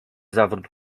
zawrót